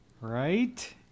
Right